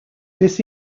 this